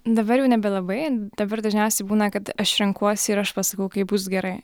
dabar jau nebelabai dabar dažniausiai būna kad aš renkuosi ir aš pasakau kaip bus gerai